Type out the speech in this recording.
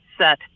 set